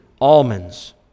almonds